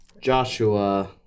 Joshua